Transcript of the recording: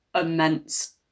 immense